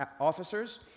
officers